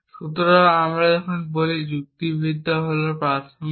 সুতরাং যখন আমরা বলি যুক্তিবিদ্যা হল ভাষা প্রাথমিক